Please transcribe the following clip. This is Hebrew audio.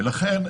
לכן,